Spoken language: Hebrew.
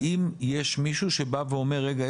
האם יש מישהו שבא ואומר רגע,